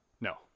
No